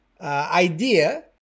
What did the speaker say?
idea